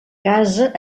casa